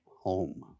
home